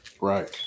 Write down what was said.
Right